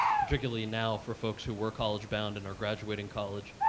particularly now for folks who were college bound and are graduating college,